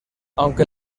aunque